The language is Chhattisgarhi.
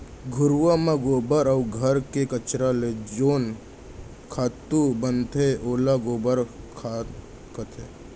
घुरूवा म गोबर अउ घर के कचरा ले जेन खातू बनथे ओला गोबर खत्ता कथें